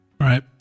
Right